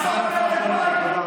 סגן השר גולן, תודה רבה.